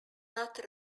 not